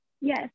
Yes